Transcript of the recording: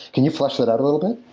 can you flush that out a little bit?